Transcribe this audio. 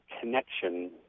connection